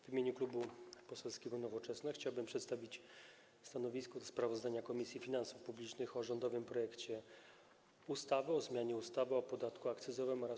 W imieniu Klubu Poselskiego Nowoczesna chciałbym przedstawić stanowisko odnośnie do sprawozdania Komisji Finansów Publicznych o rządowym projekcie ustawy o zmianie ustawy o podatku akcyzowym oraz